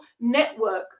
network